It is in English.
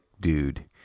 dude